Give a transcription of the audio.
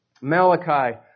Malachi